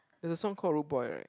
there's a song called Rude Boy right